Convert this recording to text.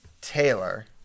Taylor